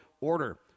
order